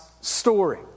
story